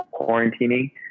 quarantining